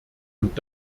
und